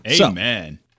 Amen